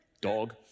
dog